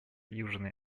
южной